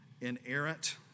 inerrant